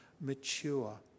mature